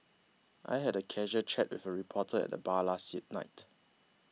I had a casual chat with a reporter at the bar last night